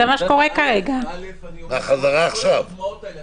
כל הדוגמאות האלה.